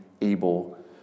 able